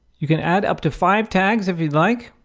you can add up to five tags if you'd like,